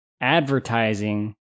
advertising